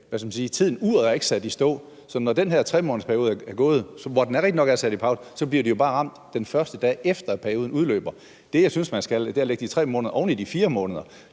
Altså, uret er ikke sat i stå, så når den her 3-månedersperiode er gået, hvor den rigtigt nok er sat på pause, bliver de jo bare ramt, den første dag efter perioden udløber. Det, jeg synes, man skal, er at lægge de 3 måneder oven i de 4 måneder